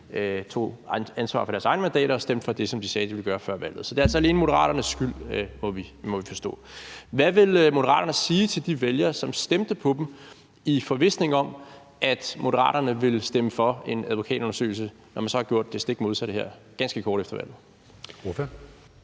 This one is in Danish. tog ansvar for deres egne mandater og stemte for det, som de sagde de ville gøre før valget. Så det er altså alene Moderaternes skyld, må vi forstå. Hvad vil Moderaterne sige til de vælgere, som stemte på dem i forvisningen om, at Moderaterne ville stemme for en advokatundersøgelse, når man så har gjort det stik modsatte her ganske kort tid efter valget? Kl.